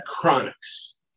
chronics